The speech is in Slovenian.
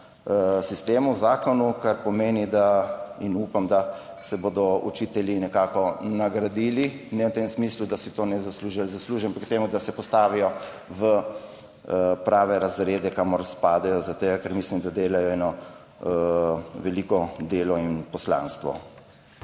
sistemu v zakonu, kar pomeni in upam, da se bodo učitelji nekako nagradili. Ne v tem smislu, da si to ne zaslužijo ali zaslužijo, ampak v tem, da se postavijo v prave razrede, kamor spadajo, zaradi tega, ker mislim, da delajo eno veliko delo in poslanstvo.